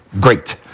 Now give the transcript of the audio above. great